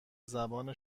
زبان